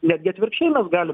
netgi atvirkščiai mes gali